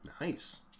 Nice